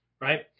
right